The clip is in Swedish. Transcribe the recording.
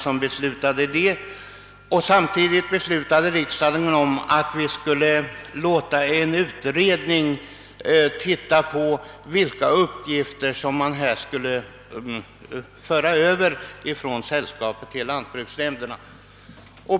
nämnderna. Samtidigt beslöt riksdagen att låta en utredning undersöka vilka uppgifter som skulle föras över från sällskapen till nämnderna.